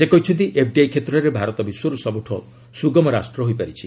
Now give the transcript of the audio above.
ସେ କହିଛନ୍ତି ଏଫ୍ଡିଆଇ କ୍ଷେତ୍ରରେ ଭାରତ ବିଶ୍ୱର ସବୁଠୁ ସୁଗମ ରାଷ୍ଟ୍ର ହୋଇପାରିଛି